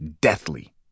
deathly